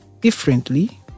differently